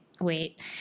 wait